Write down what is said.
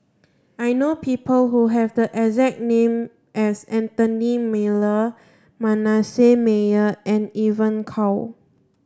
I know people who have the exact name as Anthony Miller Manasseh Meyer and Evon Kow